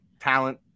talent